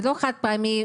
זה לא חד פעמי.